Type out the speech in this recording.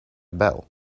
bell